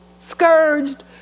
scourged